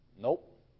Nope